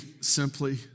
simply